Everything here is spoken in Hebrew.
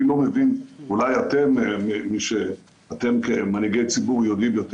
אני לא מבין, אולי אתם כמנהיגי ציבור יודעים יותר.